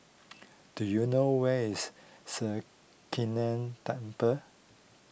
do you know where is Sri Krishnan Temple